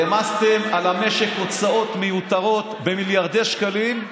העמסתם על המשק הוצאות מיותרות במיליארדי שקלים.